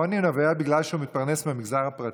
העוני נובע מזה שהוא מתפרנס מהמגזר הפרטי,